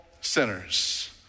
sinners